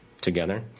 together